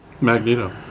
Magneto